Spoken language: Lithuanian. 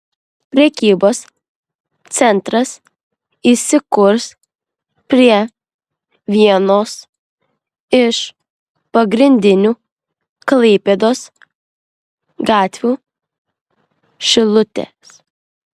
prekybos centras įsikurs prie vienos iš pagrindinių klaipėdos gatvių šilutės